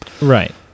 Right